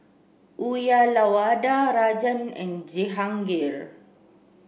Uyyalawada Rajan and Jehangirr